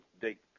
date